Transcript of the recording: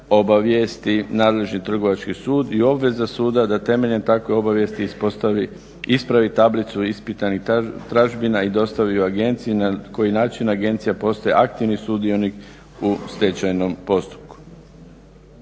obavijesti nadležni trgovački sud i obveza suda da temeljem takve obavijesti ispostavi, ispravi tablicu ispitanih tražbina i dostavi agenciji na koji način agencija postaje aktivni sudionik u stečajnom postupku.